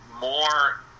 more